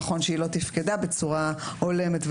נכון שהיא לא תפקדה בצורה הולמת,